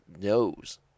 knows